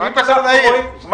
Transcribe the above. מה קשר לעיר?